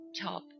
top